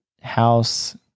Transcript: house